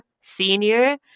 senior